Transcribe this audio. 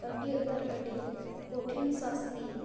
ᱟᱹᱰᱤ ᱩᱛᱟᱹᱨ ᱟᱹᱰᱤ ᱠᱚᱴᱷᱤᱱ ᱥᱟᱥᱛᱤ